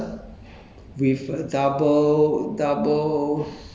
uh okay I 我吃了一个 burger